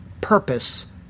purpose